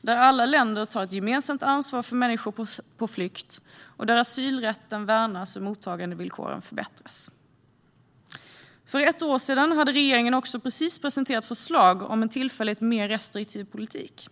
där alla länder tar ett gemensamt ansvar för människor på flykt och där asylrätten värnas och mottagandevillkoren förbättras. För ett år sedan hade regeringen också precis presenterat förslag om en tillfälligt mer restriktiv politik.